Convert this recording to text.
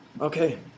Okay